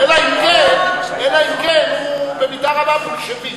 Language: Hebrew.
אלא אם כן הוא במידה רבה בולשביקי.